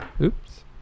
Oops